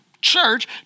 church